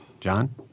John